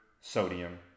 sodium